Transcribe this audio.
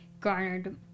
garnered